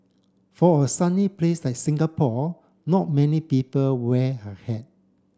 for a sunny place like Singapore not many people wear a hat